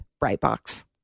Brightbox